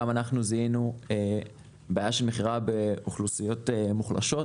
גם אנחנו זיהינו בעיה של מכירה באוכלוסיות מוחלשות,